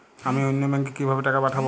আমি অন্য ব্যাংকে কিভাবে টাকা পাঠাব?